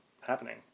happening